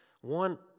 One